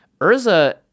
Urza